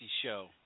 show